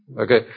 Okay